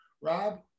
Rob